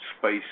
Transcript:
space